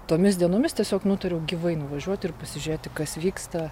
tomis dienomis tiesiog nutariau gyvai nuvažiuoti ir pasižiūrėti kas vyksta